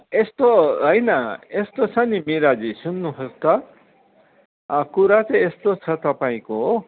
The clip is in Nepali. यस्तो हैन यस्तो छ नि मिराजी सुन्नुहोस् त कुरा चाहिँ यस्तो छ तपाईँको